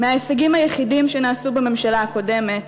מההישגים היחידים שהיו בממשלה הקודמת,